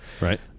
Right